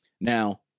Now